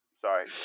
Sorry